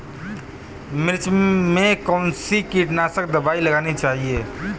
मिर्च में कौन सी कीटनाशक दबाई लगानी चाहिए?